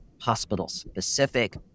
hospital-specific